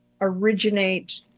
originate